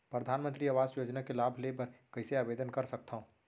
परधानमंतरी आवास योजना के लाभ ले बर कइसे आवेदन कर सकथव?